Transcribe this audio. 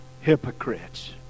hypocrites